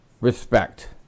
respect